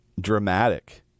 dramatic